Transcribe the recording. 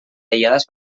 aïllades